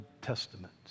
Testament